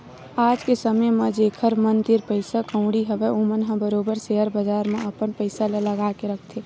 आज के समे म जेखर मन तीर पइसा कउड़ी हवय ओमन ह बरोबर सेयर बजार म अपन पइसा ल लगा के रखथे